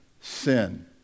sin